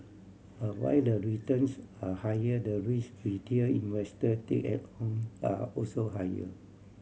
but while the returns are higher the risk retail investor take it on are also higher